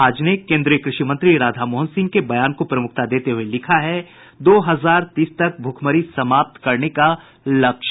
आज ने केंद्रीय कृषि मंत्री राधामोहन सिंह के बयान को प्रमुखता देते हुये लिखा है दो हजार तीस तक भूखमरी समाप्त करने का लक्ष्य